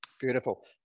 Beautiful